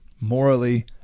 morally